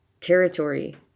territory